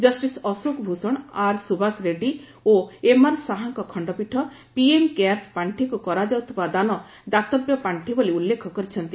justice Ashok Bhushan ଆର୍ସୁଭାଷ Reddy ଓ ଏମ୍ଆର୍ଶାହାଙ୍କ ଖଣ୍ଡପୀଠ PM CARES ପାଣ୍ଠିକୁ କରାଯାଉଥିବା ଦାନ ଦାତବ୍ୟ ପାଷ୍ଠି ବୋଲି ଉଲ୍ଲେଖ କରିଛନ୍ତି